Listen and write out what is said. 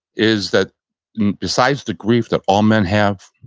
is that besides the grief that all men have,